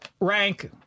Rank